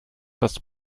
das